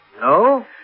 No